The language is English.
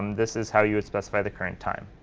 this is how you would specify the current time.